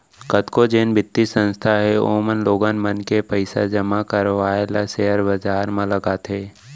कतको जेन बित्तीय संस्था हे ओमन लोगन मन ले पइसा जमा करवाय ल सेयर बजार म लगाथे